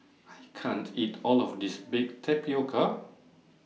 I can't eat All of This Baked Tapioca